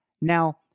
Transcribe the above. Now